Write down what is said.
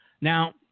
Now